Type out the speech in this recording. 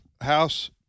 House